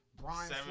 Brian